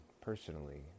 personally